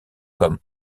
comme